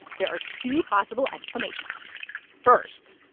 there are two possible explanations first,